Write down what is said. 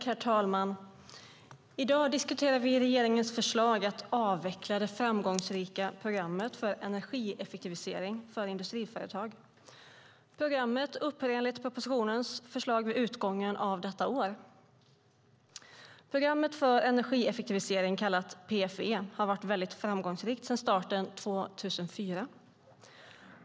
Herr talman! I dag diskuterar vi regeringens förslag att avveckla det framgångsrika programmet för energieffektivisering för industriföretag. Programmet upphör enligt propositionens förslag vid utgången av detta år. Programmet för energieffektivisering, kallat PFE, har varit mycket framgångsrikt sedan starten 2004.